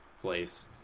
place